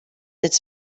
its